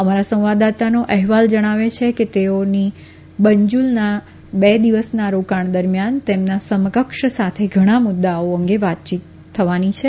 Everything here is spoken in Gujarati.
અમારા સંવાદદાતાનો અહેવાલ જણાવે છે કે તેઓની બેંજુલના બે દિવસના રોકાણ દરમિયાન તેમના સમકક્ષ સાથે ઘણા મુદૃઓ અંગે વાતચીત કરવાના છે